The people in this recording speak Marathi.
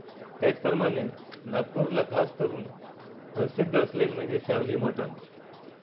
त्याचप्रमाणे नागपूरला खास करून प्रसिद्ध असलेलं म्हणजे सावजी मटण